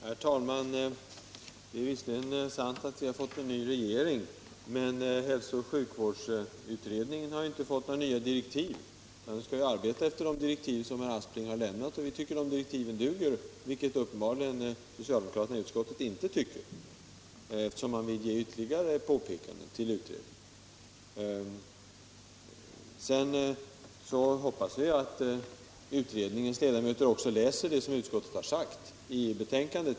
Herr talman! Det är visserligen sant att vi har fått en ny regering, men hälsooch sjukvårdsutredningen har inte fått några nya direktiv. Den skall arbeta efter de direktiv som herr Aspling gav den, och vi tycker att de direktiven duger. Det tycker uppenbarligen inte socialdemokraterna i utskottet, eftersom man vill göra ytterligare påpekanden till utredningen. Vi hoppas att utredningens ledamöter också läser det som utskottet har sagt i betänkandet.